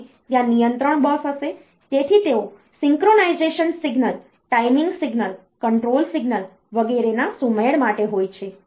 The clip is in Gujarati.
અને ત્યાં નિયંત્રણ બસ છે તેથી તેઓ synchronization signal timing signal control signal વગેરેના સુમેળ માટે હોય છે